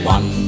One